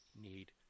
need